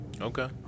Okay